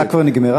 הדקה כבר נגמרה.